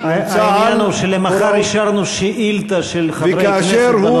העניין הוא שאישרנו למחר שאילתה של חבר הכנסת בנושא הזה.